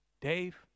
Dave